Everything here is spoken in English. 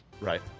Right